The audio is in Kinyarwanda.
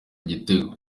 igitego